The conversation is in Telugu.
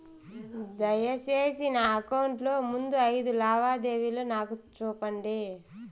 దయసేసి నా అకౌంట్ లో ముందు అయిదు లావాదేవీలు నాకు చూపండి